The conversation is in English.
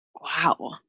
Wow